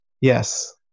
Yes